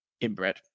inbred